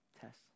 test